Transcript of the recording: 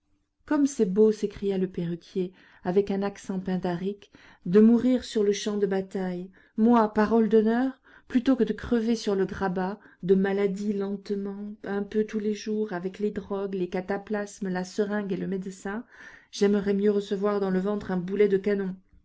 comme c'est beau s'écria le perruquier avec un accent pindarique de mourir sur le champ de bataille moi parole d'honneur plutôt que de crever sur le grabat de maladie lentement un peu tous les jours avec les drogues les cataplasmes la seringue et le médecin j'aimerais mieux recevoir dans le ventre un boulet de canon